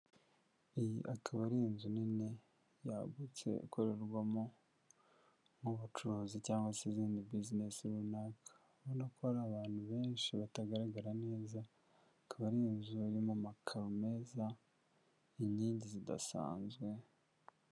Iyi akaba ari inzu nini yagutse ikorerwamo nk'ubucuruzi cyangwa se izindi business runaka, urabona ko hari abantu benshi batagaragara neza, akaba ari inzu irimo amakaro meza, inkingi zidasanzwe.